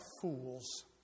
fools